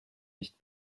nicht